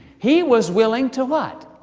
he was willing to what.